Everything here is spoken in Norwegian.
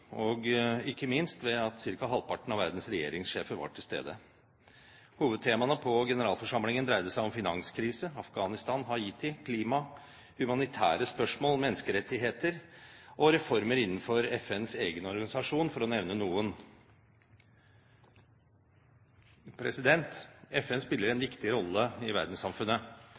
og ikke minst av at ca. halvparten av verdens regjeringssjefer var til stede. Hovedtemaene på generalforsamlingen dreide seg om finanskrise, Afghanistan, Haiti, klima, humanitære spørsmål, menneskerettigheter og reformer innenfor FNs egen organisasjon, for å nevne noen. FN spiller en viktig rolle i verdenssamfunnet.